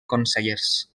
consellers